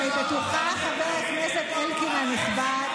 ואני בטוחה, זאב,